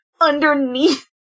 underneath